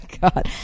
god